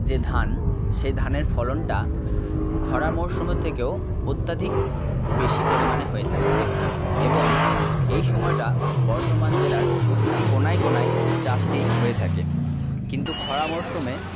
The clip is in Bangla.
যে ধান সে ধানের ফলনটা খরা মরশুমের থেকেও অত্যাধিক বেশি পরিমাণে হয়ে থাকে এবং এই সময়টা বর্ধমান জেলার প্রতিটি কোনায় কোনায় চাষটি হয়ে থাকে কিন্তু খরা মরশুমে